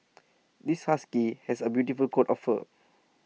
this husky has A beautiful coat of fur